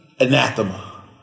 anathema